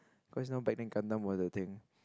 cause last time back then Gundam was a thing